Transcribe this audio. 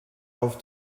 auf